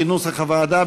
כנוסח הוועדה,